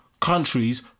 countries